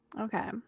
Okay